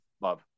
Love